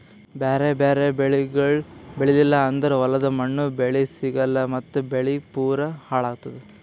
ಬ್ಯಾರೆ ಬ್ಯಾರೆ ಬೆಳಿಗೊಳ್ ಬೆಳೀಲಿಲ್ಲ ಅಂದುರ್ ಹೊಲದ ಮಣ್ಣ, ಬೆಳಿ ಸಿಗಲ್ಲಾ ಮತ್ತ್ ಬೆಳಿ ಪೂರಾ ಹಾಳ್ ಆತ್ತುದ್